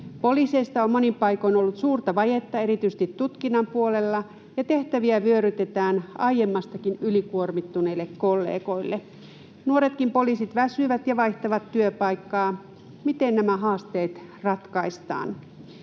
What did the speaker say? Poliiseista on monin paikoin ollut suurta vajetta erityisesti tutkinnan puolella, ja tehtäviä vyörytetään aiemmastakin ylikuormittuneille kollegoille. Nuoretkin poliisit väsyvät ja vaihtavat työpaikkaa. Miten nämä haasteet ratkaistaan?